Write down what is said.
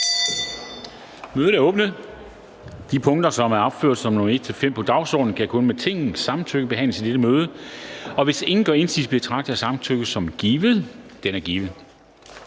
Kristensen): De punkter, som er opført som nr. 1-5 på dagsordenen, kan kun med Tingets samtykke behandles i dette møde. Hvis ingen gør indsigelse, betragter jeg samtykket som givet. Det er givet.